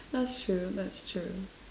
that's true that's true